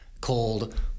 called